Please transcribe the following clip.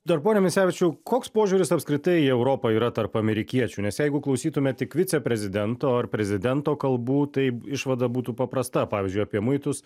dar pone misevičiau koks požiūris apskritai į europą yra tarp amerikiečių nes jeigu klausytume tik viceprezidento ar prezidento kalbų tai išvada būtų paprasta pavyzdžiui apie muitus